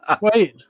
Wait